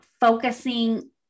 focusing